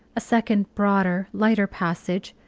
a second broader, lighter passage,